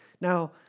Now